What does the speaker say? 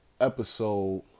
episode